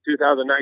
2019